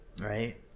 right